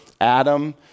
Adam